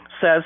says